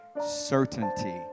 certainty